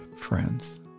Friends